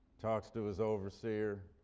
talks to his overseer,